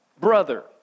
Brother